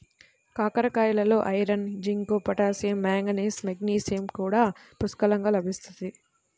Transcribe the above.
కాకరకాయలలో iron, zinc, potassium, manganese, magnesium కూడా పుష్కలంగా లభిస్తుంది